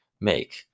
make